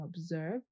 observe